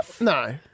No